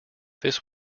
this